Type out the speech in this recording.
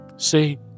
see